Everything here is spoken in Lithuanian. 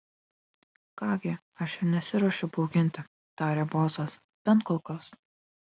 ką gi aš ir nesiruošiu bauginti tarė bosas bent kol kas